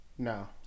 no